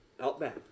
Outback